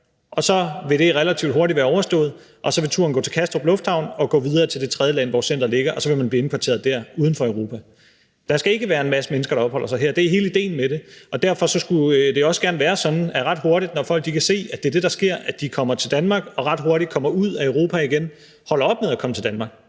og så vil det relativt hurtigt være overstået, og så vil turen gå til Kastrup Lufthavn og gå videre til det tredje land, hvor centeret ligger, og så vil man blive indkvarteret der, altså udenfor Europa. Der skal ikke være en masse mennesker, der opholder sig her. Det er hele idéen med det. Derfor skulle det også gerne være sådan, at når folk kan se, at det er det, der sker: at de kommer til Danmark og ret hurtigt kommer ud af Europa igen, holder de op med at komme til Danmark.